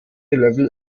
level